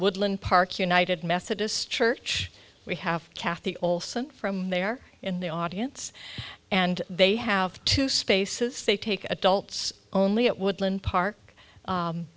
woodland park united methodist church we have kathy olson from there in the audience and they have two spaces they take adults only at woodland park